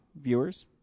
viewers